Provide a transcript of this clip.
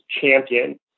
champion